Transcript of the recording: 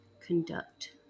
Conduct